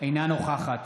אינה נוכחת